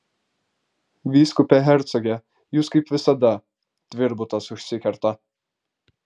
vyskupe hercoge jūs kaip visada tvirbutas užsikerta